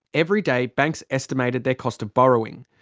every day banks estimated their cost of borrowing.